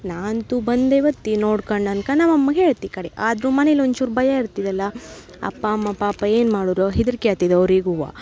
ನಾ ಅಂತೂ ಬಂದೆ ಬತ್ತಿ ನೋಡ್ಕಂಡು ಅನ್ಕ ನಮ್ಮ ಅಮ್ಮಗೆ ಹೇಳ್ತಿ ಕಡಿಗೆ ಆದರೂ ಮನೇಲಿ ಒಂಚೂರು ಭಯ ಇರ್ತಿದಲ್ಲ ಅಪ್ಪ ಅಮ್ಮ ಪಾಪ ಏನು ಮಾಡುರ್ ಹೆದ್ರಿಕೆ ಆಗ್ತಿತ್ ಅವ್ರಿಗೂ